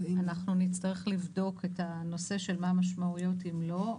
אנחנו נצטרך לבדוק את הנושא של מה המשמעויות אם לא.